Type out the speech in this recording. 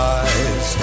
eyes